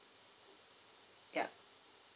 yup